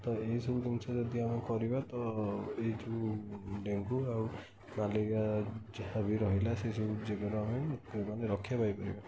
ତ ଏହି ସବୁ ଜିନିଷ ଯଦି ଆମେ କରିବା ତ ଏଇ ଯେଉଁ ଡେଙ୍ଗୁ ଆଉ ତାଲିକା ଯାହା ବି ରହିଲା ସେ ସବୁ ରକ୍ଷା ପାଇପାରିବା